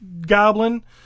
goblin